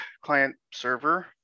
Client-server